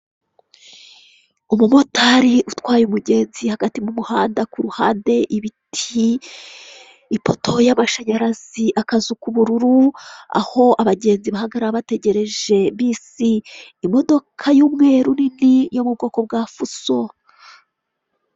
Iyi mirongo tubona mu muhanda niyigaragaze aho abanyamaguru bagomba kwambukira bikaba bifasha abatwara ibinyabiziga kwirinda gukora impanuka, kandi bigafasha n'abantu kutanyura aho babonye hose.